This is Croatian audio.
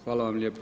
Hvala vam lijepo.